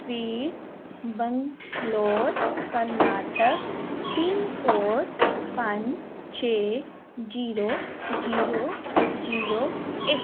street Bangalore Karnataka pin code ਪੰਜ ਛੇ zero zero zero ਇੱਕ